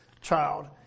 child